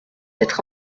être